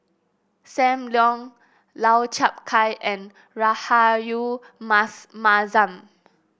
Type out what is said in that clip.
Sam Leong Lau Chiap Khai and Rahayu Mas Mahzam